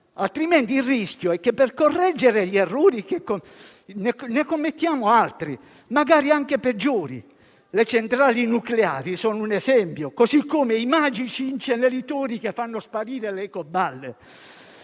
altrimenti il rischio è che per correggere gli errori ne commettiamo altri, magari anche peggiori. Le centrali nucleari, sono un esempio, come i magici inceneritori che fanno sparire le ecoballe.